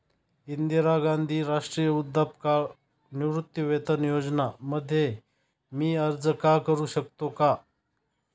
इंदिरा गांधी राष्ट्रीय वृद्धापकाळ निवृत्तीवेतन योजना मध्ये मी अर्ज का करू शकतो का?